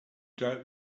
doubt